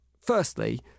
firstly